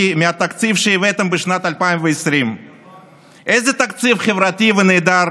מהתקציב שהבאתם בשנת 2020. איזה תקציב חברתי ונהדר